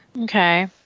Okay